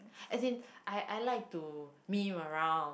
as in I I like to meme around